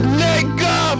nigga